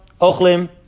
Ochlim